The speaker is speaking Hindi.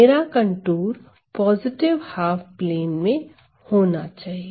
मेरा कंटूर पॉजिटिव हाफ प्लेन में होना चाहिए